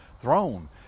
throne